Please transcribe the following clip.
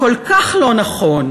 כל כך לא נכון,